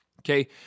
Okay